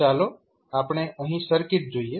ચાલો આપણે અહીં સર્કિટ જોઈએ